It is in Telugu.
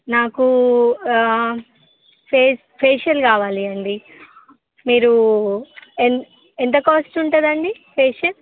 నాకు ఫేషియల్ కావాలి అండి మీరు ఎంత కాస్ట్ ఉంటుందండి ఫేషియల్